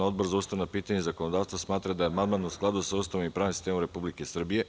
Odbor za ustavna pitanja i zakonodavstvo smatra da je amandman u skladu sa Ustavom i pravnim sistemom Republike Srbije.